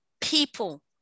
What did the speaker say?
people